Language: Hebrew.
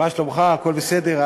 הכול בסדר?